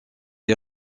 des